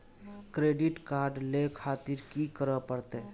Credit card ले खातिर की करें परतें?